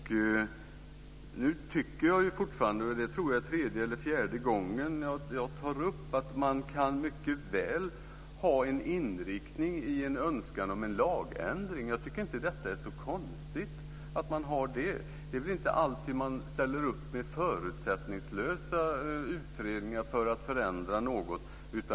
Jag tror att det är tredje eller fjärde gången som jag tar upp att man mycket väl kan ha en inriktning i en önskan om en lagändring. Jag tycker inte att det är så konstigt att man har det. Det är väl inte alltid som man ställer upp med förutsättningslösa utredningar för att förändra något.